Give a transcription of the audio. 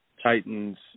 titans